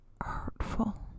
hurtful